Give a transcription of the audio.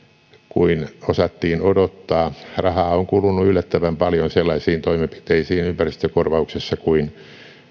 kuin osattiin odottaa rahaa on kulunut yllättävän paljon sellaisiin toimenpiteisiin ympäristökorvauksissa kuin